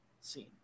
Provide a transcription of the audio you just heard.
scene